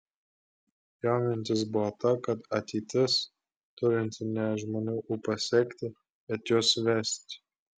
jo mintis buvo ta kad ateitis turinti ne žmonių ūpą sekti bet juos vesti